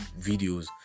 videos